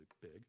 big